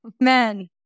Men